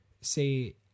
say